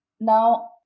Now